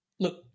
Look